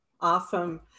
Awesome